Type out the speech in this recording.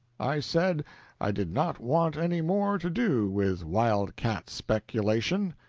i said i did not want any more to do with wildcat speculation.